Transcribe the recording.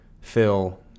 fill